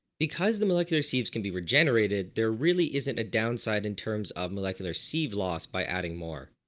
because the molecular sieves can be regenerated there really isn't a downside in terms of molecular sieve loss by adding more.